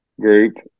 group